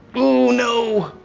oh no!